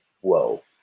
Whoa